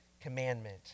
Commandment